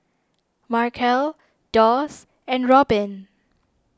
Markel Doss and Robbin